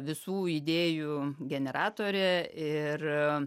visų idėjų generatorė ir